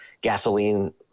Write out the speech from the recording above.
gasoline